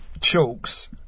Chalks